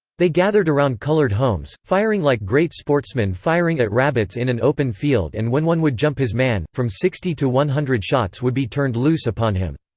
they gathered around colored homes, firing like great sportsmen firing at rabbits in an open field and when one would jump his man, from sixty to one hundred shots would be turned loose upon him.